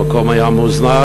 המקום היה מוזנח,